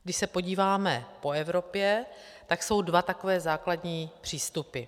Když se podíváme po Evropě, tak jsou dva takové základní přístupy.